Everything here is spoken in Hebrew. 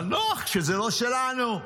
אבל נוח כשזה לא שלנו.